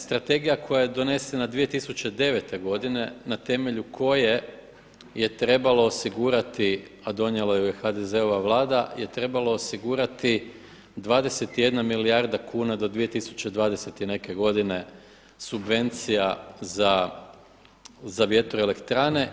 Strategija koja je donesena 2009. godine na temelju koje je trebalo osigurati, a donijela ju je HDZ-ova Vlada je trebalo osigurati 21 milijarda kuna do 2020. i neke godine subvencija za vjetroelektrane.